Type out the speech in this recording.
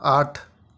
آٹھ